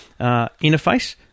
interface